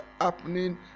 happening